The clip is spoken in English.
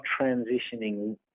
transitioning